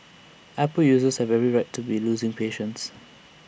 Apple users have every right to be losing patience